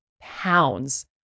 pounds